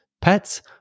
pets